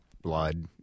blood